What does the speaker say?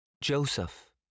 Joseph